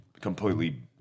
completely